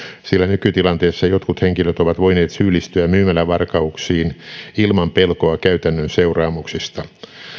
sillä nykytilanteessa jotkut henkilöt ovat voineet syyllistyä myymälävarkauksiin ilman pelkoa käytännön seuraamuksista